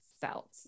felt